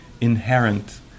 inherent